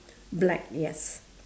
black yes